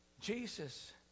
Jesus